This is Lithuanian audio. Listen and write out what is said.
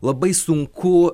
labai sunku